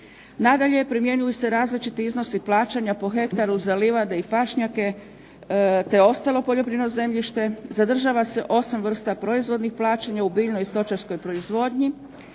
Nadalje, primjenjuju se različiti iznosi plaćanja po hektaru za livade i pašnjake te ostalo poljoprivredno zemljište, zadržava se osam vrsta proizvodnih plaćanja u biljnoj i stočarskoj proizvodnji,